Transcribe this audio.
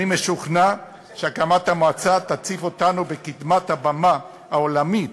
אני משוכנע שהקמת המועצה תציב אותנו בקדמת הבמה העולמית